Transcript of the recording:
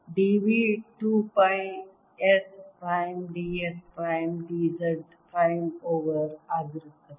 D v 2 pi S prime d s prime d Z prime over ಆಗಿರುತ್ತದೆ